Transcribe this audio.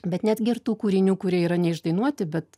bet netgi ir tų kūrinių kurie yra neišdainuoti bet